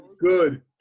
good